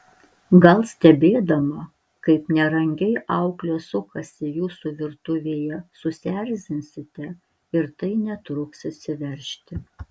gal stebėdama kaip nerangiai auklė sukasi jūsų virtuvėje susierzinsite ir tai netruks išsiveržti